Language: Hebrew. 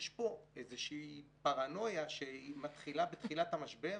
יש פה איזושהי פרנויה שמתחילה בתחילת המשבר,